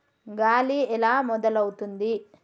గాలి ఎలా మొదలవుతుంది?